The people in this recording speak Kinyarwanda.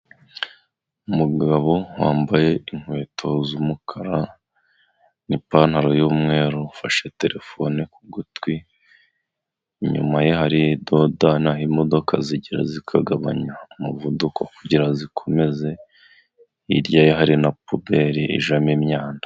Umugabo wambaye inkweto z'umukara n'ipantaro y'umweru ufashe terefone ku gutwi, inyuma ye hari dodani aho imodoka zigera zikagabanya umuvuduko kugira ngo zikomeze, hirya ye hari na puberi ijyamo imyanda.